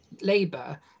Labour